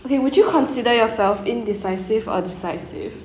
okay would you consider yourself indecisive or decisive